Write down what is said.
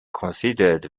considered